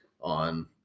on